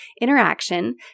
interaction